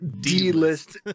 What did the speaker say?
D-list